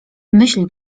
myśli